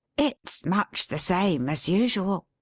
it's much the same as usual,